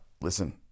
Listen